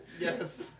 Yes